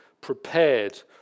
prepared